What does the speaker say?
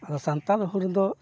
ᱟᱫᱚ ᱥᱟᱱᱛᱟᱲ ᱦᱩᱞ ᱨᱮᱫᱚ